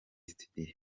studio